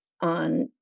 on